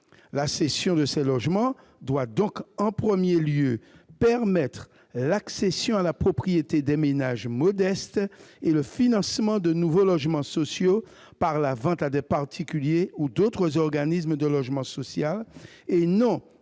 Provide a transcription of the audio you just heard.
La cession de ces logements doit donc d'abord permettre l'accession à la propriété des ménages modestes et le financement de nouveaux logements sociaux par la vente à des particuliers ou à d'autres organismes de logement social, et non